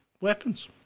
weapons